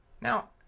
Now